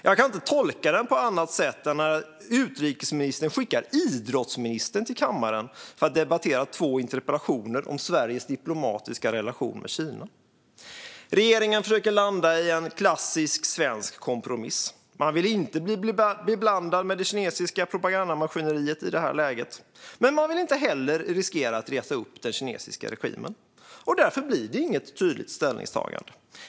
Jag kan inte tolka det på annat sätt när utrikesministern skickar idrottsministern till kammaren för att debattera två interpellationer om Sveriges diplomatiska relation med Kina. Regeringen försöker landa i en klassisk svensk kompromiss: Man vill inte bli beblandad med det kinesiska propagandamaskineriet i det här läget, men man vill inte heller riskera att reta upp den kinesiska regimen. Därför blir det inget tydligt ställningstagande.